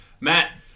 Matt